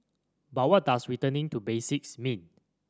but what does returning to basics mean